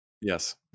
Yes